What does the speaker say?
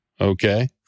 Okay